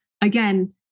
again